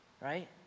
Right